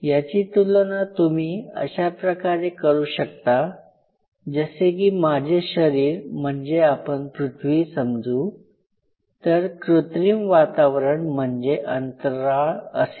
याची तुलना तुम्ही अशा प्रकारे करू शकता जसे की माझे शरीर म्हणजे आपण पृथ्वी समजू तर कृत्रिम वातावरण म्हणजे अंतराळ असेल